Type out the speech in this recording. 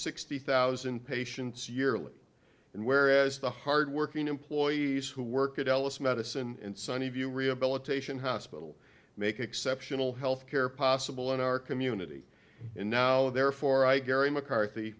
sixty thousand patients yearly and whereas the hard working employees who work at ellis medicine in sunny view rehabilitation hospital make exceptional health care in our community and now therefore i gary mccarthy